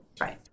right